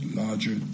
larger